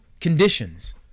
conditions